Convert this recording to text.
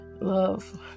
love